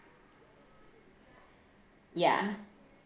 ya